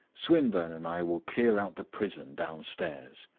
swinburne and i will clear out the prison downstairs.